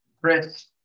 Chris